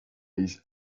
eens